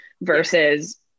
versus